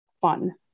fun